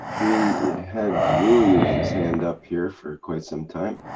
we had rui with his hand up here for quite some time.